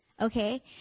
Okay